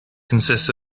consists